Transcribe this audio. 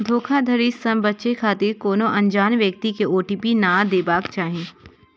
धोखाधड़ी सं बचै खातिर कोनो अनजान व्यक्ति कें ओ.टी.पी नै देबाक चाही